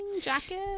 jacket